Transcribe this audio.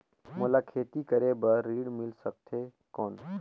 मोला खेती करे बार ऋण मिल सकथे कौन?